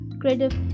creative